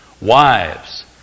wives